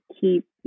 keep